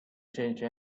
change